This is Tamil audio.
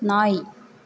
நாய்